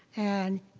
and